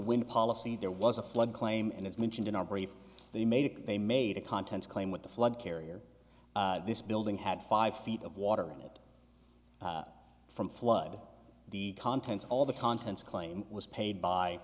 wind policy there was a flood claim and as mentioned in our brief they made it they made a contents claim with the flood carrier this building had five feet of water in it from flood the contents all the contents claim was paid by